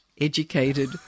educated